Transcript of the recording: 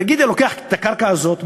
נגיד אני לוקח את הקרקע הזאת,